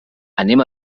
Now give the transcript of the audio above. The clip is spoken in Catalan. anem